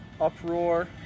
Uproar